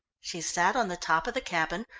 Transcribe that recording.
she sat on the top of the cabin,